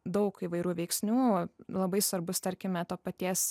daug įvairių veiksnių labai svarbus tarkime to paties